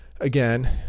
again